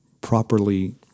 properly